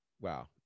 Wow